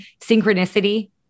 synchronicity